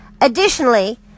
Additionally